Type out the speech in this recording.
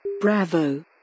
Bravo